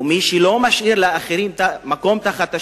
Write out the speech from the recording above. ומי שלא משאיר לאחרים מקום תחת השמש,